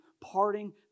parting